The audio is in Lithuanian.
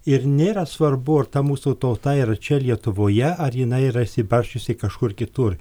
ir nėra svarbu ar ta mūsų tauta yra čia lietuvoje ar jinai yra išsibarsčiusi kažkur kitur